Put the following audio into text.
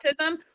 autism